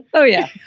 oh, yeah.